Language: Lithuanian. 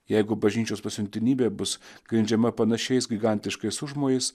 jeigu bažnyčios pasiuntinybė bus grindžiama panašiais gigantiškais užmojiais